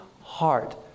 heart